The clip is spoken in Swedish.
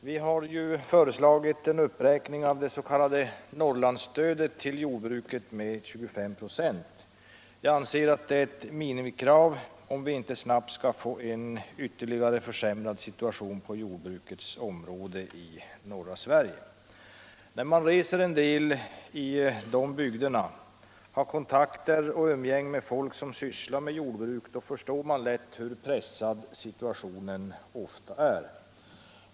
Herr talman! Vi har föreslagit en uppräkning av det s.k. Norrlandsstödet till jordbruket med 25 96. Jag anser att detta är ett minimikrav, om vi inte snabbt skall få en ytterligare försämrad situation på jordbrukets område i norra Sverige. När man reser en del i de bygderna och har kontakter och umgänge med folk som sysslar med jordbruk, förstår man lätt hur pressad situationen ofta är.